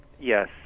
Yes